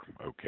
Okay